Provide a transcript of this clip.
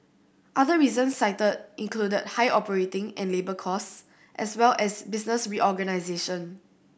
other reasons cited included high operating and labour costs as well as business reorganisation